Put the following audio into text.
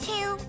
Two